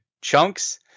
chunks